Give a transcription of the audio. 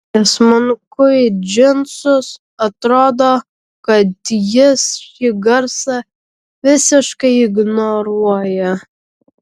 įsmunku į džinsus atrodo kad jis šį garsą visiškai ignoruoja